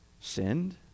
sinned